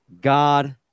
God